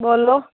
बोलो